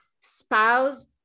spouse